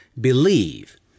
believe